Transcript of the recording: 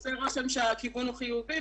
עושה רושם שהכיוון הוא חיובי,